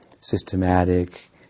systematic